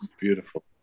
beautiful